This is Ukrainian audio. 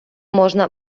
можна